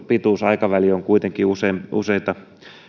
pituus aikaväli on kuitenkin useita